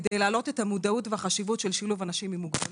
כדי להעלות את המודעות והחשיבות של שילוב אנשים עם מוגבלות.